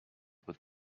with